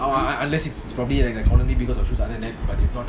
oh un~ unless it's probably like a economy because of other than that but if not